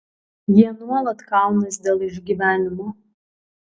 jie nuolat kaunas dėl išgyvenimo